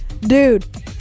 dude